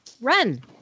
run